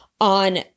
on